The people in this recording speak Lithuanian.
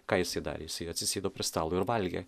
ką jisai darė jisai atsisėdo prie stalo ir valgė